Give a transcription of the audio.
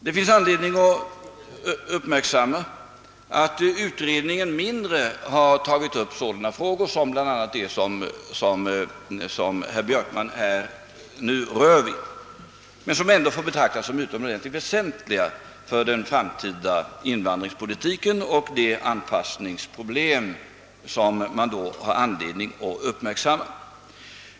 Det finns anledning uppmärksamma att utredningen mindre har tagit upp sådana frågor som herr Björkman här bl.a. berört men som ändå måste betraktas som utomordentligt väsentliga för den framtida invandringspolitiken och de anpassningsproblem som vi då får anledning att ta itu med.